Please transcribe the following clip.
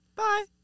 bye